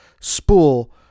spool